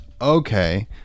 Okay